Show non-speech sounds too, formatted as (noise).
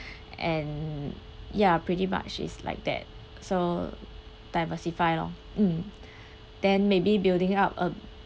(breath) and ya pretty much it's like that so diversify loh mm then maybe building up a